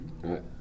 Right